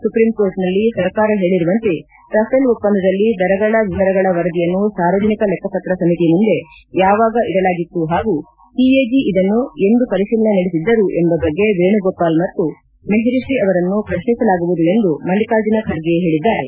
ಸುಪ್ರೀಂಕೋರ್ಟ್ನಲ್ಲಿ ಸರ್ಕಾರ ಹೇಳಿರುವಂತೆ ರಫೇಲ್ ಒಪ್ಪಂದದಲ್ಲಿ ದರಗಳ ವಿವರಗಳ ವರದಿಯನ್ನು ಸಾರ್ವಜನಿಕ ಲೆಕ್ಕಪತ್ರ ಸಮಿತಿ ಮುಂದೆ ಯಾವಾಗ ಇಡಲಾಗಿತ್ತು ಹಾಗೂ ಸಿಎಜಿ ಇದನ್ನು ಎಂದು ಪರಿಶೀಲನೆ ನಡೆಸಿದ್ದರೂ ಎಂಬ ಬಗ್ಗೆ ವೇಣುಗೋಪಾಲ್ ಮತ್ತು ಮೆಹ್ರಿಷಿ ಅವರನ್ನು ಪ್ರಶ್ನಿಸಲಾಗುವುದು ಎಂದು ಮಲ್ಲಿಕಾರ್ಜುನ ಖರ್ಗೆ ಹೇಳಿದ್ದಾರೆ